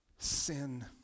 Sin